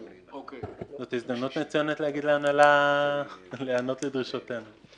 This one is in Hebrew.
זאת הזדמנות מצוינת להגיד להנהלה להיענות לדרישותינו.